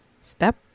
step